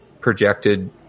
projected